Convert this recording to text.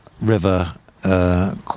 river